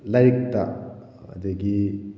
ꯂꯥꯏꯔꯤꯛꯇ ꯑꯗꯒꯤ